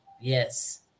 Yes